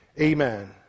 amen